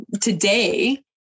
today